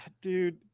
dude